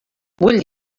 vull